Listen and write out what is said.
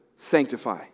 Sanctify